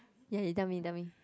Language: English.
ya you tell me tell me